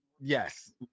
Yes